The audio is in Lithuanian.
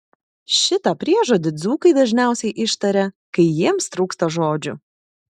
šitą priežodį dzūkai dažniausiai ištaria kai jiems trūksta žodžių